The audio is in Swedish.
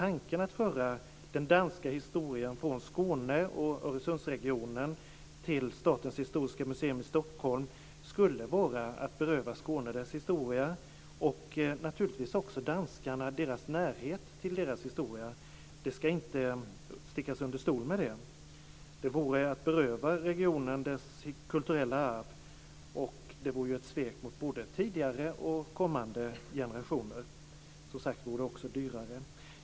Att föra den danska historien från Skåne och Öresundsregionen till Statens historiska museum i Stockholm skulle vara att beröva Skåne dess historia och danskarna deras närhet till sin historia. Det ska inte stickas under stol med det. Det vore att beröva regionen dess kulturella arv och det vore ett svek mot både tidigare och kommande generationer. Som sagt vore det också dyrare.